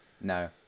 No